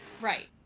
Right